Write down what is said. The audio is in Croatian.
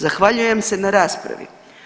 Zahvaljujem se na raspravi.